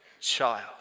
child